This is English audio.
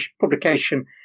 publication